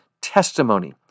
testimony